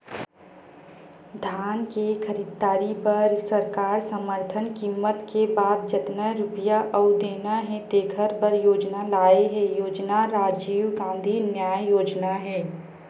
धान के खरीददारी बर सरकार समरथन कीमत के बाद जतना रूपिया अउ देना हे तेखर बर योजना लाए हे योजना राजीव गांधी न्याय योजना हे